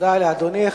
תודה לאדוני.